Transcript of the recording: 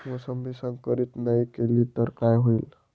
मोसंबी संकरित नाही केली तर काय होईल?